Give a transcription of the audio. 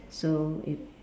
so if